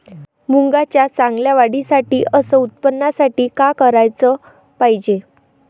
मुंगाच्या चांगल्या वाढीसाठी अस उत्पन्नासाठी का कराच पायजे?